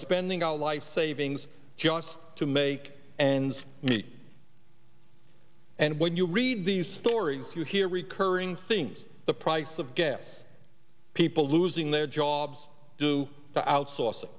spending our life savings just to make ends meet and when you read these stories you hear recurring things the price of gas people losing their jobs due to outsourcing